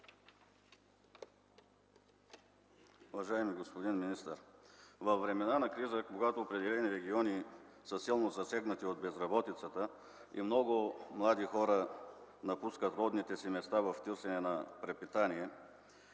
Уважаеми господин министър, във времена на криза, когато определени региони са силно засегнати от безработицата и много млади хора напускат родните си места в търсене на препитание,